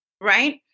right